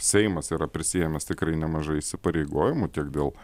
seimas yra prisiėmęs tikrai nemažai įsipareigojimų tiek dėl